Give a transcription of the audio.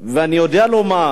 אני יודע לומר,